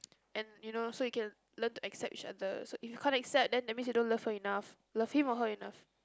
and you know so you can learn to accept each other so if can't accept then that means you don't love her enough love him or her enough